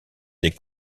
des